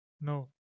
No